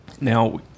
now